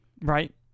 Right